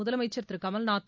முதலமைச்சர் திரு கமல்நாத்தை